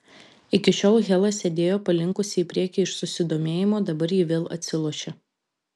iki šiol hela sėdėjo palinkusi į priekį iš susidomėjimo dabar ji vėl atsilošė